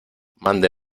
mande